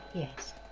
yes.